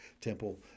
temple